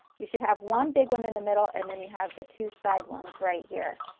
you should have one, big one in the middle and then you have the two side ones right here.